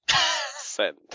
Send